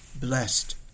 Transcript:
blessed